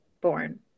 born